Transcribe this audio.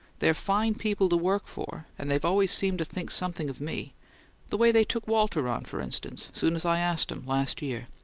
they're fine people to work for and they've always seemed to think something of me the way they took walter on, for instance, soon as i asked em, last year.